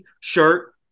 shirt